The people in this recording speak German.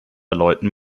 läuten